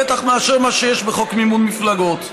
בטח מאשר מה שיש בחוק מימון מפלגות.